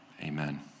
amen